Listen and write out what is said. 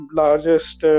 largest